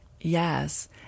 Yes